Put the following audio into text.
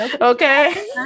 okay